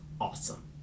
awesome